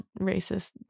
racist